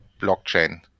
blockchain